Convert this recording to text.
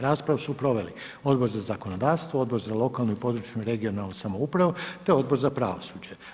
Raspravu su proveli Odbor za zakonodavstvo, Odbor za lokalnu i područnu (regionalnu) samoupravu te Odbor za pravosuđe.